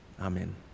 Amen